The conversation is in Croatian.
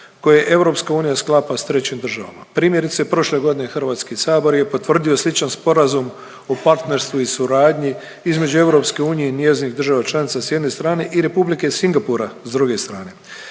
koji EU sklapa s trećim državama. Primjerice prošle godine Hrvatski sabor je potvrdio sličan Sporazum o partnerstvu i suradnji između EU i njezinih država članica s jedne strane i Republike Singapura s druge strane.